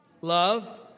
love